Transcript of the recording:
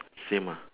same ah